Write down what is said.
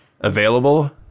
available